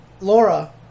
Laura